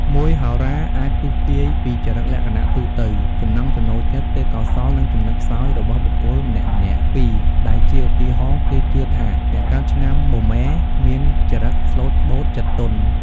១ហោរា អាចទស្សន៍ទាយពីចរិតលក្ខណៈទូទៅ ចំណង់ចំណូលចិត្ត ទេពកោសល្យ និងចំណុចខ្សោយរបស់បុគ្គលម្នាក់ៗ។ ២ដែលជាឧទាហរណ៍ គេជឿថាអ្នកកើតឆ្នាំមមែ មានចរិតស្លូតបូត ចិត្តទន់។